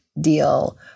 deal